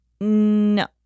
No